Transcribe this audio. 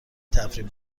تفریح